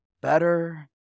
better